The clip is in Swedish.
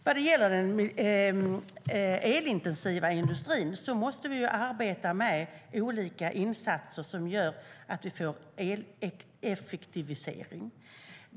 STYLEREF Kantrubrik \* MERGEFORMAT Regional tillväxtHerr talman! Vad gäller den elintensiva industrin måste vi arbeta med olika insatser som gör att vi får eleffektivisering.